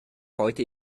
heute